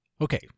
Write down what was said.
Okay